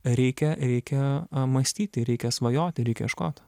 reikia reikia mąstyti reikia svajoti reikia ieškot